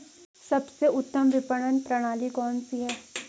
सबसे उत्तम विपणन प्रणाली कौन सी है?